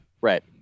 Right